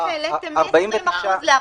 איך העליתם מ-20% ל-49%?